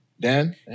Dan